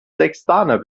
sextaner